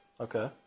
okay